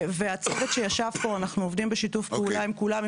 ואת זוכרת שישב פה אנחנו עובדים בשיתוף עם כולם,